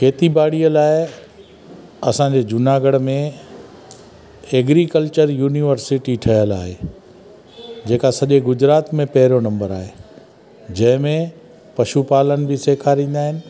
खेती बाड़ीअ लाइ असांजे जूनागढ़ में एग्रीकल्चर यूनिवर्सिटी ठहियल आहे जेका सॼे गुजरात में पहिरियों नंबर आहे जंहिं में पशु पालन बि सेखारींदा आहिनि